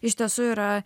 iš tiesų yra